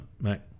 Mac